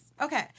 Okay